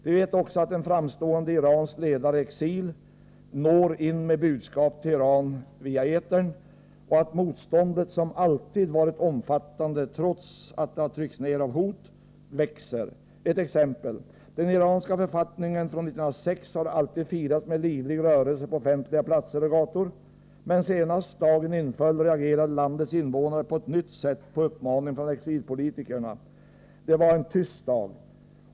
Vi vet också att en framstående iransk ledare i exil når in med budskap till Iran via etern och att motståndet, som alltid varit omfattande trots att det har tryckts ned av hot, växer. Ett exempel: Den iranska författningen från 1906 har alltid firats med livlig rörelse på offentliga platser och gator, men senast när dagen inföll reagerade landets invånare på ett nytt sätt på uppmaning från exilpolitikern: det var en tyst dag.